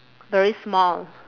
very small